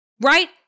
right